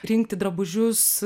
rinkti drabužius